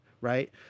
Right